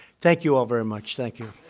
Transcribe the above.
thank you all very much. thank you.